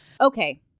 Okay